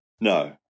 no